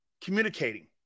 communicating